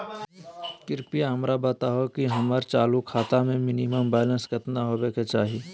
कृपया हमरा बताहो कि हमर चालू खाता मे मिनिमम बैलेंस केतना होबे के चाही